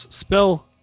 spell